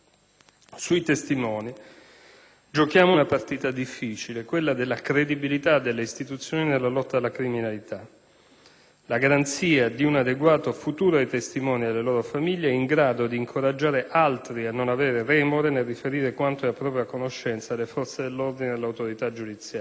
Sui testimoni giochiamo una partita difficile: quella della credibilità delle istituzioni nella lotta alla criminalità. La garanzia di un adeguato futuro ai testimoni e alle loro famiglie è in grado di incoraggiare altri a non avere remore nel riferire quanto è a propria conoscenza alle forze dell'ordine e all'autorità giudiziaria.